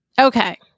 Okay